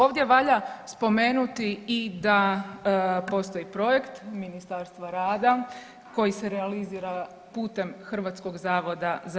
Ovdje valja spomenuti i da postoji projekt Ministarstva rada koji se realizira putem HZZ-a.